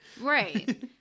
Right